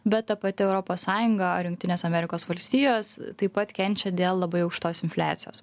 bet ta pati europos sąjunga ar jungtinės amerikos valstijos taip pat kenčia dėl labai aukštos infliacijos